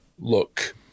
look